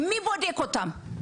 מי בודק אותם,